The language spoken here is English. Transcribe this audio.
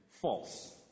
false